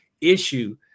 issue